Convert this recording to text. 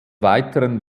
weiteren